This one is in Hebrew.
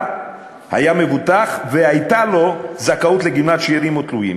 היה מבוטח והייתה לו זכאות לגמלת שאירים או תלויים.